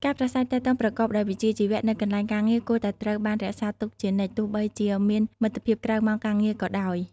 ការប្រាស្រ័យទាក់ទងប្រកបដោយវិជ្ជាជីវៈនៅកន្លែងការងារគួរតែត្រូវបានរក្សាទុកជានិច្ច ទោះបីជាមានមិត្តភាពក្រៅម៉ោងការងារក៏ដោយ។